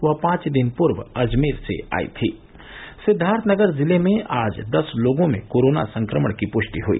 वह पांच दिन पूर्व अजमेर से आयी थी सिद्वार्थनगर जिले में आज दस लोगों में कोरोना संक्रमण की पुष्टि हुई